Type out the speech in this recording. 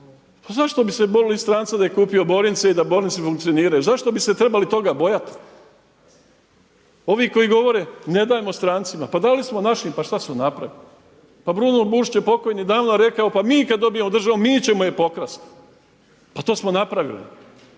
Pa zašto bi se bojali stranca da je kupio Borince i da Borinci funkcioniraju? Zašto bi se trebali toga bojati? Ovi koji govore, ne dajmo strancima. Pa dali smo našim pa šta su napravili. Pa Bruno Bušić je pokojni davno rekao pa mi kada dobijemo državu mi ćemo je pokrasti. Pa to smo napravili